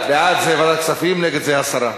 בעד זה ועדת הכספים, נגד זה הסרה.